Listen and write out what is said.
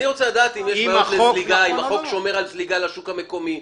אני רוצה לדעת אם החוק שומר על מניעת זליגה לשוק המקומי,